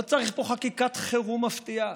לא צריך פה חקיקת חירום מפתיעה.